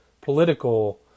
political